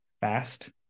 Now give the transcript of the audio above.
fast